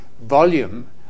volume